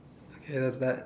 okay that's bad